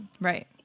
Right